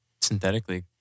synthetically